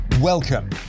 Welcome